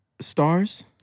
Stars